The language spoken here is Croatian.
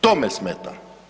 To me smeta.